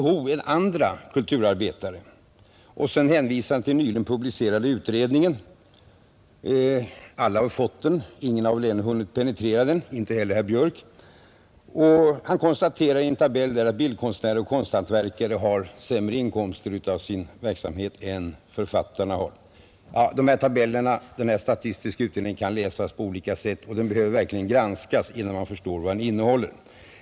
Han konstaterade emellertid att det av en tabell i utredningens betänkande framgår att bildkonstnärer och konsthantverkare har sämre inkomster av sin verksamhet än författarna har. Ja, den här utredningen, de här statistiska tabellerna kan läsas på olika sätt, och materialet behöver verkligen granskas noga innan man förstår vad det innehåller.